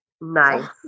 Nice